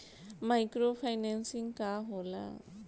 Micro financing का होला?